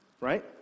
Right